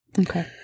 Okay